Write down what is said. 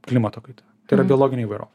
klimato kaita tai yra biologinė įvairovė